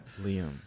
Liam